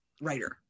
writer